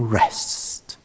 rest